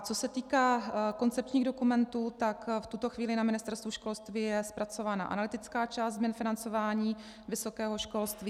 Co se týká koncepčních dokumentů, v tuto chvíli je na Ministerstvu školství zpracována analytická část změn financování vysokého školství.